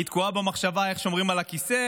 היא תקועה במחשבה איך שומרים על הכיסא,